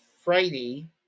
Friday